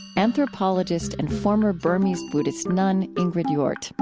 anthropologist and former burmese buddhist nun ingrid jordt.